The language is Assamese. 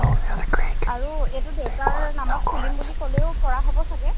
অঁ হয় আৰু এইটো দেউতাৰ নামত খুলিম বুলি ক'লেও পৰা হ'ব চাগে